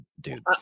dude